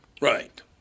Right